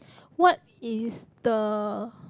what is the